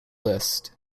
list